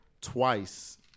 twice